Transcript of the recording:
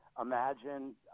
imagine